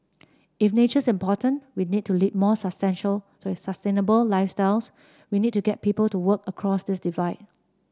if nature's important we need to lead more sustainable lifestyles we need to get people to work across this divide